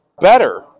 better